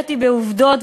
והראיתי בעובדות,